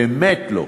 באמת לא.